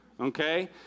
Okay